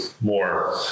More